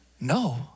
No